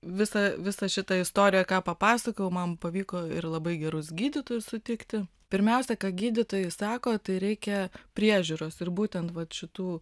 visą visą šitą istoriją ką papasakojau man pavyko ir labai gerus gydytojus sutikti pirmiausia ką gydytojai sako tai reikia priežiūros ir būtent vat šitų